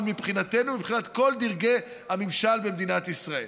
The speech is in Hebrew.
מבחינתנו ומבחינת כל דרגי הממשל במדינת ישראל.